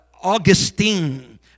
augustine